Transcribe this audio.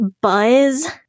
buzz